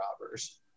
robbers